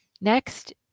Next